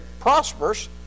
prosperous